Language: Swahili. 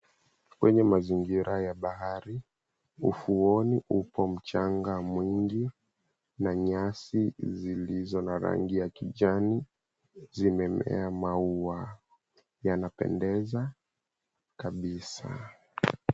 Kwenye mazingira ya bahari, ufuoni upo mchanga mwingi na nyasi zilizo na rangi ya kijani zimemea maua, yanapendeza kabisa.